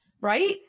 Right